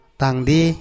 tangdi